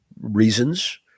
reasons